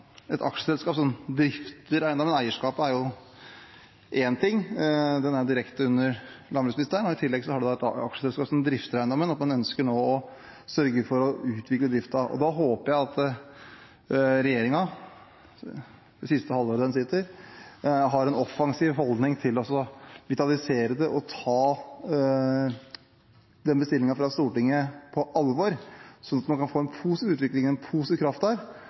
er direkte under landbruksministeren. I tillegg er det et aksjeselskap som drifter eiendommen, og man ønsker nå å sørge for å utvikle driften. Da håper jeg at regjeringen, det siste halvåret den sitter, har en offensiv holdning til å vitalisere det og ta bestillingen fra Stortinget på alvor, sånn at man kan få en positiv utvikling og en positiv kraft